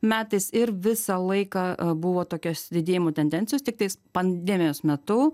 metais ir visą laiką buvo tokios didėjimo tendencijos tiktais pandemijos metu